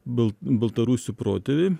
bal baltarusių protėviai